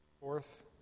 Fourth